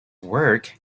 work